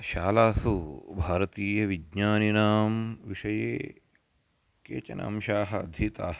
शालासु भारतीयविज्ञानिनां विषये केचन अंशाः अधीताः